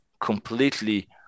completely